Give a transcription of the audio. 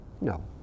No